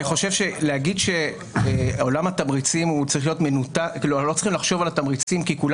להגיד שלא צריך לחשוב על התמריצים כי כולם